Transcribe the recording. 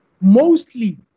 mostly